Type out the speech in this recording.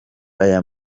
aya